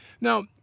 Now